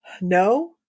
No